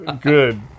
Good